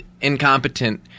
incompetent